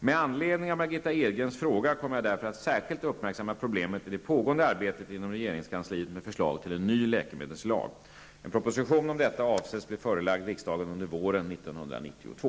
Med anledning av Margitta Edgrens fråga kommer jag därför att särskilt uppmärksamma problemet i det pågående arbetet inom regeringskansliet med förslag till en ny läkemedelslag. En proposition om detta avses bli förelagd riksdagen under våren 1992.